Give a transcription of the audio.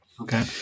Okay